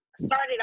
Started